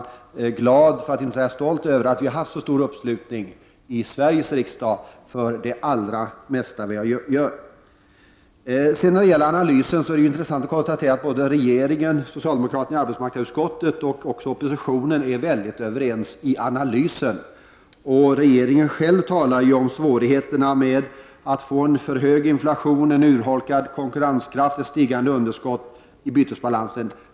Jag är glad, för att inte säga stolt, över att vi har haft så stor uppslutning i Sveriges riksdag kring det allra mesta av det som vi gör. När det gäller analysen är det intressant att kunna konstatera att såväl regeringen som socialdemokraterna i arbetsmarknadsutskottet och oppositionen är väldigt överens om den. Regeringen själv talar ju om svårigheterna med att en alltför hög inflation urholkar konkurrenskraften och leder till ett stigande underskott i bytesbalansen.